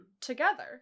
Together